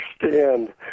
understand